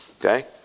Okay